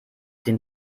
den